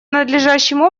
надлежащим